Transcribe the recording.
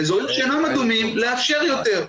ובאזורים שאינם אדומים לאפשר יותר.